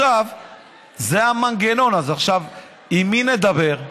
זה המנגנון, אז עכשיו עם מי נדבר?